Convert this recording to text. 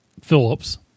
Phillips